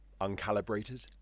Uncalibrated